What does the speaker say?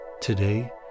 Today